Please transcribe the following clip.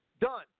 Done